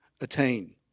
attain